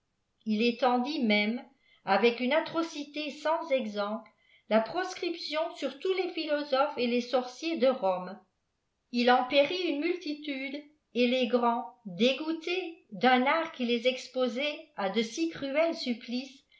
il étendit môme avec une atrocité sans exemjjle la proscription sur tous les philosophes et les sorciers dé rome lien périt une multitude et les grands dégoûtés d un rt jui les exposait à de si cruels supplices